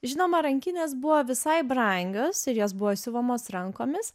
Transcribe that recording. žinoma rankinės buvo visai brangios ir jos buvo siuvamos rankomis